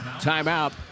timeout